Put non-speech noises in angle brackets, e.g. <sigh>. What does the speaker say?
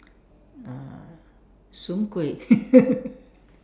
uh soon-kueh <laughs>